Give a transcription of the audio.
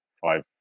five